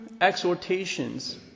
exhortations